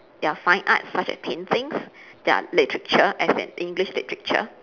there are fine arts such as paintings there are literature as in english literature